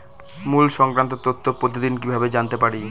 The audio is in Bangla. মুল্য সংক্রান্ত তথ্য প্রতিদিন কিভাবে জানতে পারি?